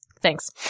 thanks